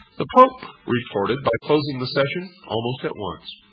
the pope reported by closing the session almost at once.